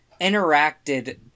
interacted